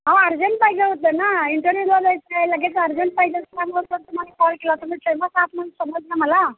अहो अर्जंट पाहिजे होतं ना इंटरव्यूला जायचं आहे लगेच अर्जंट पाहिजे त्यामुळे तर तुम्हाला कॉल केला तुम्ही फेमस आहात म्हणून समजलं मला